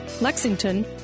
Lexington